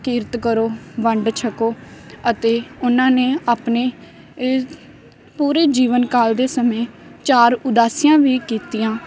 ਕਿਰਤ ਕਰੋ ਵੰਡ ਛਕੋ ਅਤੇ ਉਨ੍ਹਾਂ ਨੇ ਆਪਣੇ ਏ ਪੂਰੇ ਜੀਵਨ ਕਾਲ ਦੇ ਸਮੇਂ ਚਾਰ ਉਦਾਸੀਆਂ ਵੀ ਕੀਤੀਆਂ